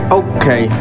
okay